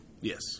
Yes